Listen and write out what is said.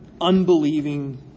unbelieving